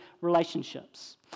relationships